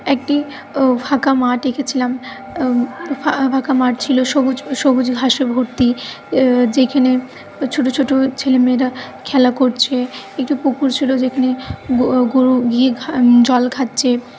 একটি ফাঁকা মাঠ এঁকেছিলাম ফা ফাঁকা মাঠ ছিল সবুজ সবুজ ঘাসে ভর্তি যেখানে ছোট ছোট ছেলেমেয়েরা খেলা করছে একটি পুকুর ছিল যেখানে গো গরু গিয়ে ঘা জল খাচ্ছে